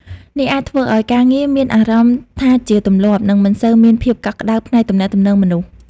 នេះអាចធ្វើឱ្យការងារមានអារម្មណ៍ថាជាទម្លាប់ និងមិនសូវមានភាពកក់ក្តៅផ្នែកទំនាក់ទំនងមនុស្ស។